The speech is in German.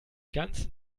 ganzen